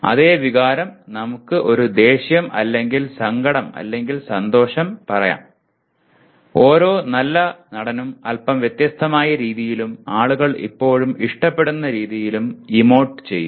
അതേ വികാരം നമുക്ക് ഒരു ദേഷ്യം അല്ലെങ്കിൽ സങ്കടം അല്ലെങ്കിൽ സന്തോഷം പറയാം ഓരോ നല്ല നടനും അല്പം വ്യത്യസ്തമായ രീതിയിലും ആളുകൾ ഇപ്പോഴും ഇഷ്ടപ്പെടുന്ന രീതിയിലും ഇമോട്ട് ചെയ്യും